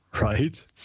Right